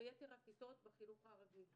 ויתר הכיתות בחינוך הרגיל.